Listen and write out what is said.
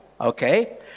okay